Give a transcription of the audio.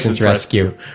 Rescue